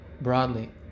broadly